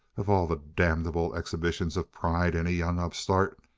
of all the damnable exhibitions of pride in a young upstart,